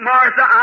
Martha